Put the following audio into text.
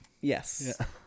Yes